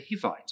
Hivite